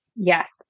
Yes